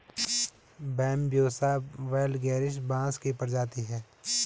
Bambusa vulgaris बाँस की प्रजाति है